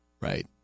Right